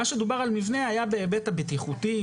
מה שדובר על מבנה היה בהיבט הבטיחותי,